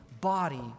body